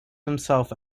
himself